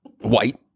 white